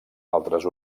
altres